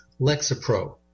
Lexapro